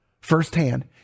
firsthand